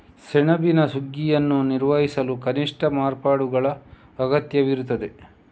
ಸೆಣಬಿನ ಸುಗ್ಗಿಯನ್ನು ನಿರ್ವಹಿಸಲು ಕನಿಷ್ಠ ಮಾರ್ಪಾಡುಗಳ ಅಗತ್ಯವಿರುತ್ತದೆ